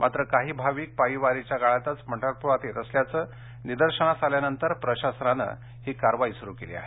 मात्र काही भाविक पायी वारीच्या काळातच पंढरप्रात येत असल्याचं निदर्शनास आल्यानंतर प्रशासनानं ही कारवाई सुरु केली आहे